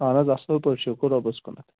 اَہن حظ اَصٕل پٲٹھۍ شُکر رۄبَس کُن